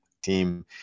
team